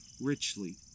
richly